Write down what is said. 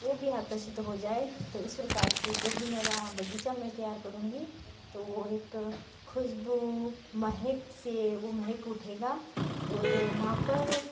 वह भी आकर्षित हो जाए तो इस प्रकार से जो भी मैं वहाँ मेरा बगीचा मैं तैयार करूँगी तो वो एक खुशबू महक से वो महक उठेगा और वहाँ पर